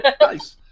Nice